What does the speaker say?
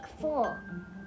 four